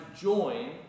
join